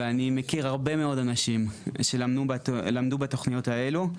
ואני מכיר הרבה מאוד אנשים שלמדו בתוכניות האלו,